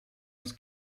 was